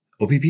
OPP